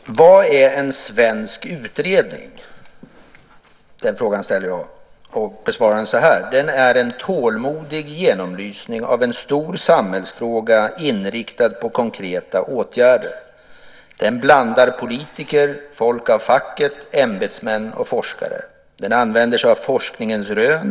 Herr talman! Vad är en svensk utredning? Den frågan ställer jag, och jag besvarar den så här: Den är en tålmodig genomlysning av en stor samhällsfråga inriktad på konkreta åtgärder. Den blandar politiker, folk av facket, ämbetsmän och forskare. Den använder sig av forskningens rön.